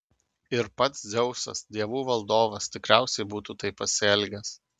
ir pats dzeusas dievų valdovas tikriausiai būtų taip pasielgęs